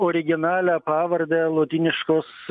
originalią pavardę lotyniškos